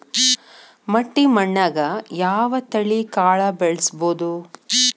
ಮಟ್ಟಿ ಮಣ್ಣಾಗ್, ಯಾವ ತಳಿ ಕಾಳ ಬೆಳ್ಸಬೋದು?